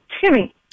Timmy